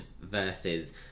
versus